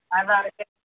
అవి అరకేజీ